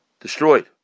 destroyed